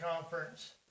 Conference